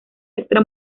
extra